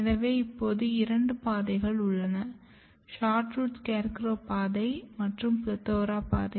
எனவே இப்போது இரண்டு பாதைகள் உள்ளன SHORTROOT SCARECROW பாதை மற்றும் PLETHORA பாதை